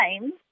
time